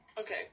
Okay